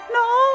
no